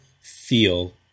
feel